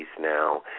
now